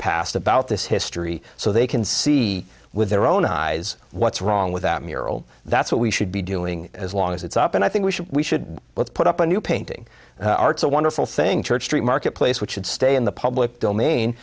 past about this history so they can see with their own eyes what's wrong with that mural that's what we should be doing as long as it's up and i think we should we should put up a new painting arts a wonderful thing church street marketplace which should stay in the public